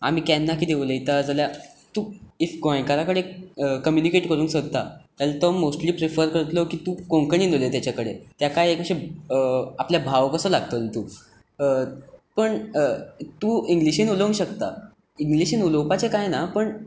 आमी केन्ना कतें उलयता जाल्यार तूं इफ गोंयकारां कडेन कम्युनिकेट करूंक सोदता जाल्यार तो मोस्टली प्रिफर करतलो की तूं कोंकणीन उलय ताच्या कडेन ताकाय एक आपलो भाव कसो लागतलो तूं पूण तूं इग्लीशींत उलोवंक शकता इंग्लीशींत उलोवपाचे काय ना पूण